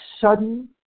sudden